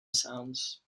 sounds